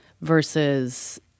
versus